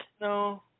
No